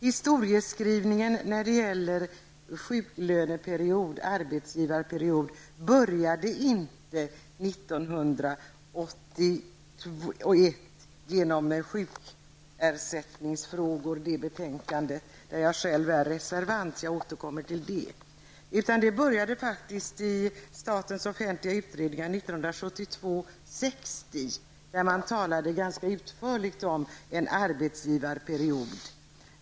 Historieskrivningen i fråga om sjuklöneperioden eller arbetsgivarperioden började inte 1981 med det betänkande om sjukersättningsfrågor där jag själv var reservant -- jag återkommer till det. Det började faktiskt med den utredning som framlade betänkandet SOU 1972:60, där man ganska utförligt behandlade frågan om en arbetsgivarperiod.